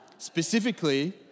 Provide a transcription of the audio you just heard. Specifically